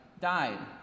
died